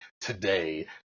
today